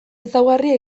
ezaugarria